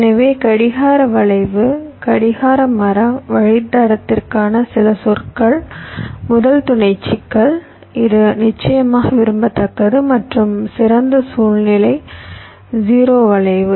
எனவே கடிகார வளைவு கடிகார மரம் வழித்தடத்திற்கான சில சொற்கள் முதல் துணை சிக்கல் இது நிச்சயமாக விரும்பத்தக்கது மற்றும் சிறந்த சூழ்நிலை 0 வளைவு